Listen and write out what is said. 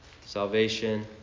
salvation